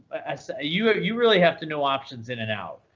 so you you really have to know options in and out.